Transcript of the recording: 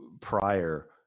prior